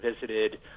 visited